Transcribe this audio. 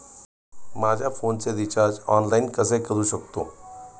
माझ्या फोनचे recharge online कसे करू शकतो?